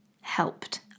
helped